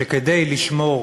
שכדי לשמור